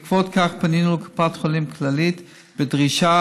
בעקבות זאת פנינו לקופת חולים כללית בדרישה